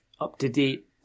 up-to-date